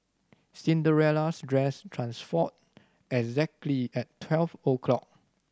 Cinderella's dress transformed exactly at twelve o'clock